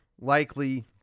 likely